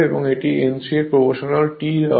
এবং এটি n 3 এর প্রপ্রোশনাল T দেওয়া হয়